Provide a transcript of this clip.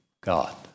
God